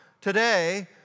today